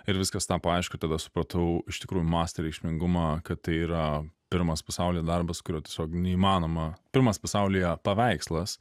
ir viskas tapo aišku tada supratau iš tikrųjų mastą reikšmingumą kad tai yra pirmas pasaulyje darbas kurio tiesiog neįmanoma pirmas pasaulyje paveikslas